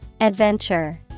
Adventure